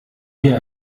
mir